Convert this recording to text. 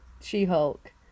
She-Hulk